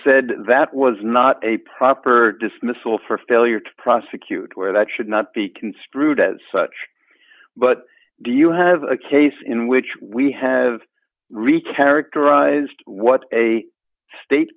said that was not a proper dismissal for failure to prosecute where that should not be construed as such but do you have a case in which we have recategorized what a state